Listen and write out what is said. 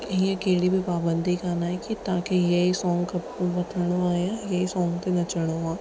हीअं कहिड़ी बि पाबंदी कान आहे की तव्हां खे हीअ ई सॉन्ग खपे वठिणो आहे या हे ई सॉन्ग ते नचणो आहे